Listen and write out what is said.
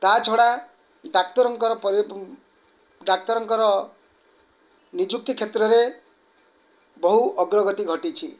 ତାଛଡ଼ା ଡାକ୍ତରଙ୍କର ଡାକ୍ତରଙ୍କର ନିଯୁକ୍ତି କ୍ଷେତ୍ରରେ ବହୁ ଅଗ୍ରଗତି ଘଟିଛି